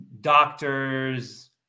doctors